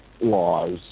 laws